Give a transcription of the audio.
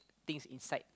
things inside